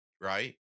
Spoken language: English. right